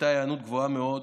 הייתה היענות גבוהה מאוד,